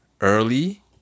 early